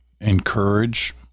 encourage